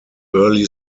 early